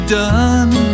done